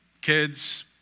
kids